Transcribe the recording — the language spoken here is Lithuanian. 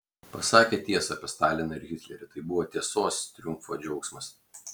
pasakė tiesą apie staliną ir hitlerį tai buvo tiesos triumfo džiaugsmas